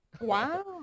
Wow